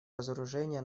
разоружения